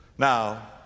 now,